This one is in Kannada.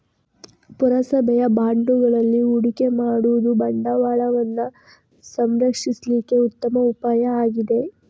ಪುರಸಭೆಯ ಬಾಂಡುಗಳಲ್ಲಿ ಹೂಡಿಕೆ ಮಾಡುದು ಬಂಡವಾಳವನ್ನ ಸಂರಕ್ಷಿಸ್ಲಿಕ್ಕೆ ಉತ್ತಮ ಉಪಾಯ ಆಗಿದೆ